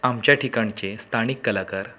आमच्या ठिकाणचे स्थानिक कलाकार